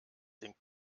den